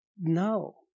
No